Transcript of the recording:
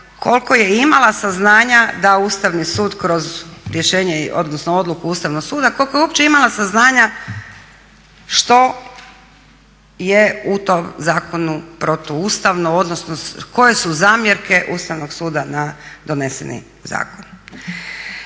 koliko je imala saznanja da Ustavni sud kroz rješenje odnosno odluku Ustavnog suda koliko je uopće imala saznanja što je u tom zakonu protuustavno odnosno koje su zamjerke Ustavnog suda na doneseni zakon.